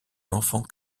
l’enfant